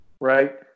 Right